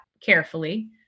carefully